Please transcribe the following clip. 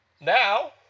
now